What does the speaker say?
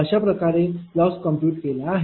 अशाप्रकारे loss compute केला आहे